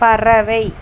பறவை